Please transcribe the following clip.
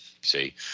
See